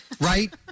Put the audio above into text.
Right